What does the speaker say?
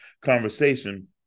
conversation